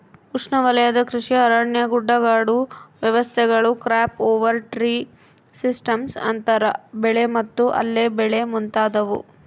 ಉಷ್ಣವಲಯದ ಕೃಷಿ ಅರಣ್ಯ ಗುಡ್ಡಗಾಡು ವ್ಯವಸ್ಥೆಗಳು ಕ್ರಾಪ್ ಓವರ್ ಟ್ರೀ ಸಿಸ್ಟಮ್ಸ್ ಅಂತರ ಬೆಳೆ ಮತ್ತು ಅಲ್ಲೆ ಬೆಳೆ ಮುಂತಾದವು